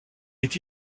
est